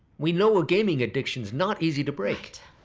we know a gaming addiction's not easy to break.